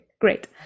Great